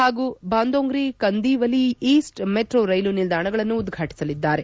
ಹಾಗೂ Bandongri Kandivali east metro ರೈಲು ನಿಲ್ದಾಣಗಳನ್ನು ಉದ್ಘಾಟಿಸಲಿದ್ದಾರೆ